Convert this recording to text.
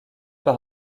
par